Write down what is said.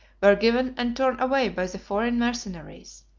were given and torn away by the foreign mercenaries,